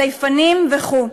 זייפנים וכו'.